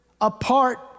apart